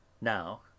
now